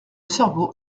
cerveau